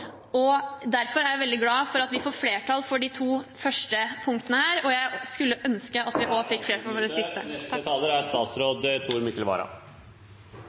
reell. Derfor er jeg veldig glad for at vi får flertall for de to første punktene her, og jeg skulle ønske at vi også fikk flertall for det siste. Taletiden er